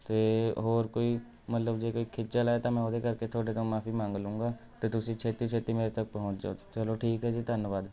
ਅਤੇ ਹੋਰ ਕੋਈ ਮਤਲਬ ਜੇ ਕੋਈ ਖੇਚਲ ਹੈ ਤਾਂ ਮੈਂ ਉਹਦੇ ਕਰਕੇ ਤੁਹਾਡੇ ਤੋਂ ਮਾਫੀ ਮੰਗ ਲਉਂਗਾ ਅਤੇ ਤੁਸੀਂ ਛੇਤੀ ਛੇਤੀ ਮੇਰੇ ਤੱਕ ਪਹੁੰਚ ਜਾਉ ਚਲੋ ਠੀਕ ਹੈ ਜੀ ਧੰਨਵਾਦ